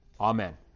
Amen